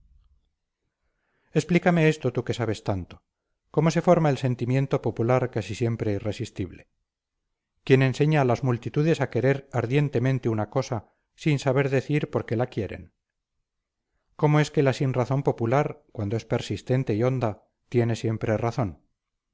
explícame esto tú que sabes tanto cómo se forma el sentimiento popular casi siempre irresistible quién enseña a las multitudes a querer ardientemente una cosa sin saber decir por qué la quieren cómo es que la sinrazón popular cuando es persistente y honda tiene siempre razón